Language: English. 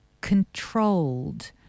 controlled